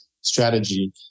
strategy